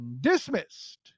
dismissed